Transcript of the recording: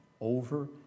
over